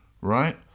Right